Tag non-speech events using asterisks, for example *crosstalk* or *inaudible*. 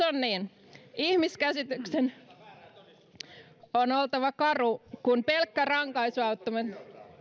*unintelligible* on niin ihmiskäsityksen on oltava karu kun pelkkä rankaisuautomaatti